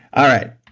all right,